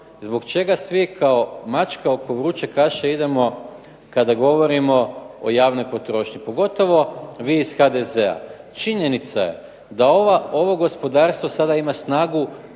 zbog čega svi kao mačka oko vruće kaše idemo kada govorimo o javnoj potrošnji, pogotovo vi iz HDZ-a. Činjenica je da ovo gospodarstvo sada ima snagu